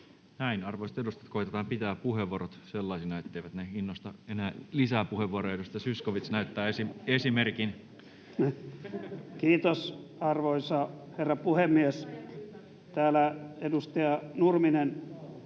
Arvoisat edustajat, koetetaan pitää puheenvuorot sellaisina, etteivät ne innosta enää lisää puheenvuoroja. — Edustaja Zyskowicz näyttää esimerkin. Kiitos, arvoisa herra puhemies! Täällä edustaja Nurminen